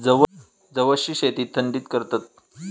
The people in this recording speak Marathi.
जवसची शेती थंडीत करतत